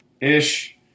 ish